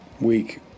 week